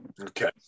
Okay